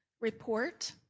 report